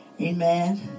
amen